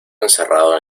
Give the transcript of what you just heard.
encerrado